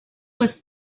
was